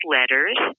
letters